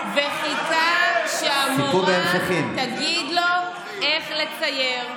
וחיכה שהמורה תגיד לו איך לצייר.